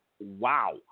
wow